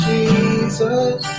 Jesus